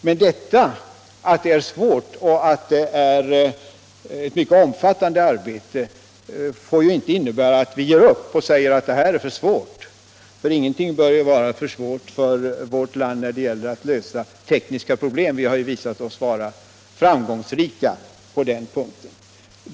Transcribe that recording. Men den omständigheten att detta arbete är svårt och omfattande får inte innebära att vi ger upp och säger att detta är för svårt. Ingenting bör vara för svårt för vårt land när det gäller att lösa tekniska problem; vi har visat oss vara framgångsrika på den punkten.